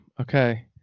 okay